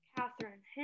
Catherine